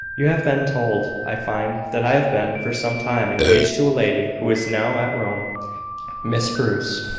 you have been told, i find, that i have been for some time engaged to a lady who is now at rome miss bruce.